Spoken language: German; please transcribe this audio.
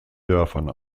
dörfern